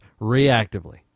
reactively